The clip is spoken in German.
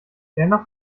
dennoch